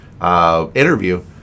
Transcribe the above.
interview